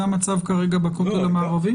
זה המצב כרגע בכותל המערבי?